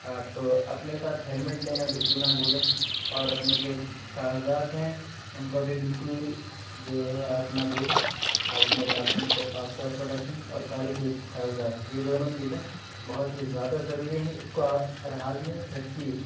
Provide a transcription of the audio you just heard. آپ اپنے ساتھ ہیلمٹ لینا بالکل نہ بھولیں اور اپنے جو کاغذات ہیں ان کو بھی بالکل جو ہے آپ نہ بھولیں آپ اپنے لائسنس کو خاص طور پر رکھیں اور گاڑی کے کاغذات یہ دونوں چیزیں بہت ہی زیادہ ضروری ہے اس کو آپ ہر حال میں رکھیے